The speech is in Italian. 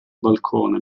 balcone